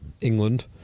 England